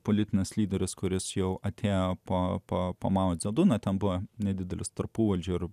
politinis lyderis kuris jau atėjo po po po mao dze duno ten buvo nedidelis tarpuvaldžio ir